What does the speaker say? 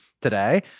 today